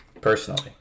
personally